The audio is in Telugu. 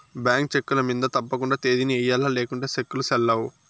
బ్యేంకు చెక్కుల మింద తప్పకండా తేదీని ఎయ్యల్ల లేకుంటే సెక్కులు సెల్లవ్